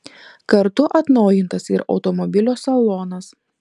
kartu atnaujintas ir automobilio salonas